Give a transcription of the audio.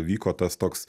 vyko tas toks